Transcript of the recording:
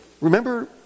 remember